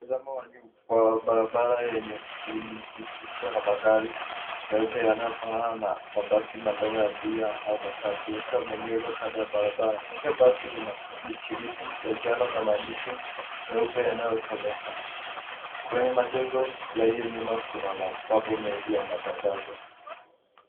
Mtazamo wa nyu- wa barabara wenye shughuli nyingi ikiwa na magari meupe yanayofanana na mabasi madogo ya abiria au matatu yakiwa yameegezwa kando ya barabara. Kila basi lina michirizi ya njano na maandishi meupe yanayosomeka. Kwenye majengo yaliyo nyuma kuna mabango mengi ya matangazo.